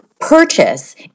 purchase